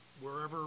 wherever